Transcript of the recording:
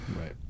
Right